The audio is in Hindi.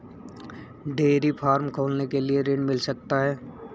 डेयरी फार्म खोलने के लिए ऋण मिल सकता है?